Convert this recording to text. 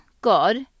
God